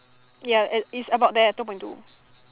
ya at is about there two point two